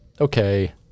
Okay